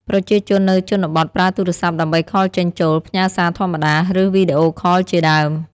ប្រជាជននៅជនបទប្រើទូរស័ព្ទដើម្បីខលចេញចូល ផ្ញើសារធម្មតា ឬវីដេអូខលជាដើម។